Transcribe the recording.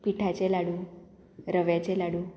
पिठाचे लाडू रव्याचे लाडू